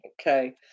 Okay